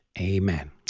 Amen